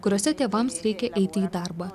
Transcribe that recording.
kuriose tėvams reikia eiti į darbą